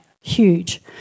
huge